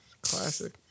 Classic